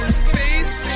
space